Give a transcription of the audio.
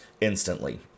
instantly